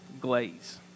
glaze